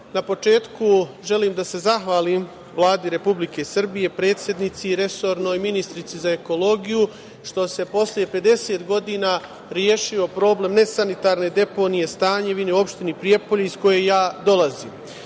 na početku želim da se zahvalim Vladi Republike Srbije, predsednici, resornoj ministarki za ekologiju što se posle 50 godina rešio problem nesanitarne deponije Stanjevine u opštini Prijepolje iz koje ja dolazim. Takođe,